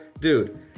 dude